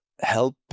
help